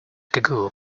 cagoule